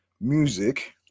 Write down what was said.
music